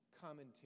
commentary